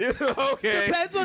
Okay